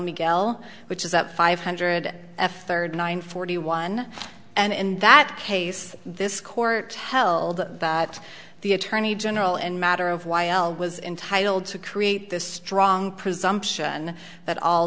miguel which is that five hundred thirty nine forty one and in that case this court held that the attorney general and matter of y l was entitle to create this strong presumption that all